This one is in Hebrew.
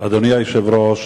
אדוני היושב-ראש,